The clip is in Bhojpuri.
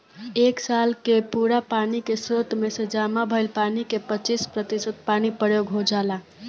एक साल के पूरा पानी के स्रोत में से जामा भईल पानी के पच्चीस प्रतिशत पानी प्रयोग हो जाला